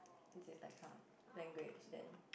this like kind of language then